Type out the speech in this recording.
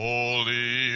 Holy